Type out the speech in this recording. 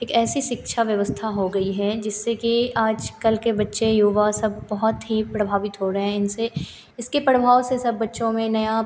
एक ऐसी शिक्षा व्यवस्था हो गई है जिससे कि आज कल के बच्चे युवा सब बहुत ही पड़भावित हो रहें इनसे इसके प्रभाव से सब बच्चों में नया